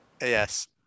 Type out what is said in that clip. Yes